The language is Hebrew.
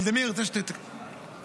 ולדימיר, אני רוצה שתבין,